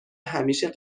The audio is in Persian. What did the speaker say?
همیشه